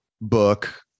book